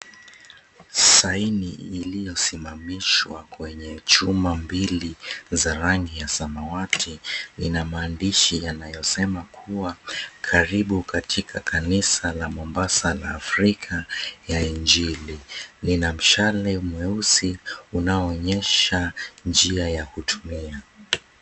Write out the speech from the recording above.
Sign iliyosimamishwa kwenye chuma mbili za rangi ya samawati, ina maandishi yanayosema kuwa, "karibu katika kanisa la Mombasa la Afrika ya Injili". Lina mshale mweusi unaoonyesha njia ya kutumia.